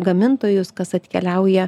gamintojus kas atkeliauja